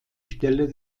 stelle